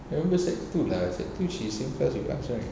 I remember sec two lah sec two she same class with us right